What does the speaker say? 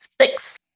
Six